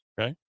okay